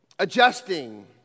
adjusting